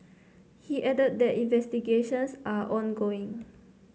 he added that investigations are ongoing